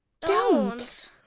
Don't